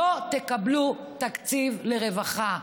לא תקבלו תקציב לרווחה.